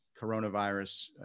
coronavirus